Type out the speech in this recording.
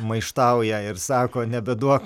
maištauja ir sako nebeduok